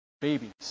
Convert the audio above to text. babies